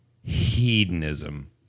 hedonism